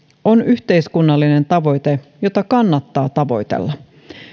on yhteiskunnallinen tavoite jota kannattaa tavoitella